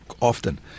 often